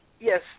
yes